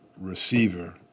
receiver